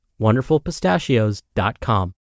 wonderfulpistachios.com